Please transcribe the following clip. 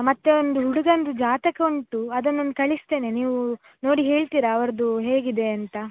ಮತ್ತೆ ಒಂದು ಹುಡುಗನದು ಜಾತಕ ಉಂಟು ಅದನ್ನೊಂದು ಕಳಿಸ್ತೇನೆ ನೀವು ನೋಡಿ ಹೇಳ್ತೀರಾ ಅವರದು ಹೇಗಿದೆ ಅಂತ